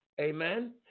Amen